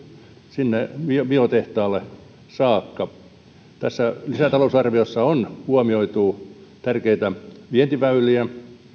sinne biotehtaalle saakka tässä lisätalousarviossa on huomioitu tärkeitä vientiväyliä